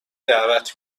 دعوت